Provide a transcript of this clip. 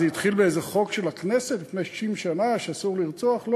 זה התחיל באיזה חוק של הכנסת לפני 60 שנה שאסור לרצוח?